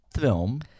film